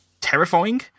terrifying